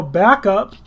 backup